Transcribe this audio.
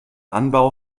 anbau